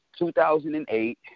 2008